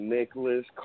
Nicholas